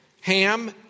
Ham